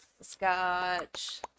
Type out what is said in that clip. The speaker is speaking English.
scotch